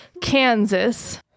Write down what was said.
Kansas